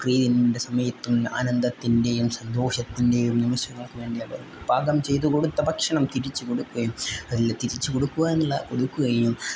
ബക്രീദിൻ്റെ സമയത്തും ആനന്ദത്തിൻ്റെയും സന്തോഷത്തിൻ്റെയും നിമിഷങ്ങൾക്ക് വേണ്ടി അവർ പാകം ചെയ്തു കൊടുത്ത ഭക്ഷണം തിരിച്ച് കൊടുക്കുകയും അതിൽ തിരിച്ച് കൊടുക്കുക എന്നുള്ള കൊടുക്കുകയും